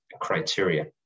criteria